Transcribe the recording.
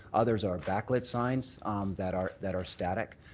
others are back lit signs that are that are static.